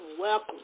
welcome